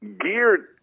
geared